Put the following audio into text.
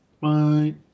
Bye